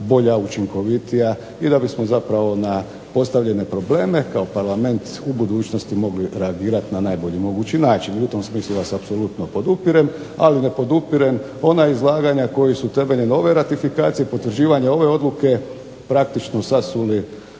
bolja, učinkovitija i da bismo zapravo na postavljene probleme kao Parlament u budućnosti mogli reagirati na najbolji mogući način. I u tom smislu ja vas apsolutno podupirem. Ali ne podupirem ona izlaganja koji su temeljem ove ratifikacije, potvrđivanja ove odluke praktično sasuli